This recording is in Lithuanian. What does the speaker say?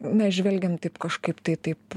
nežvelgiam taip kažkaip tai taip